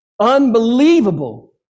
unbelievable